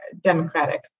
democratic